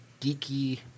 geeky